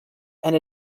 and